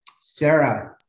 Sarah